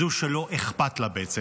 זו שלא אכפת לה בעצם,